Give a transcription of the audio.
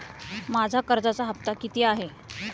माझा कर्जाचा हफ्ता किती आहे?